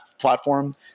platform